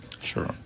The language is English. Sure